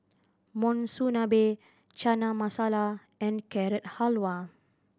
Monsunabe Chana Masala and Carrot Halwa